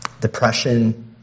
depression